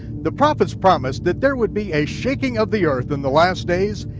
the prophets promised that there would be a shaking of the earth in the last days,